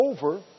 over